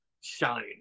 shine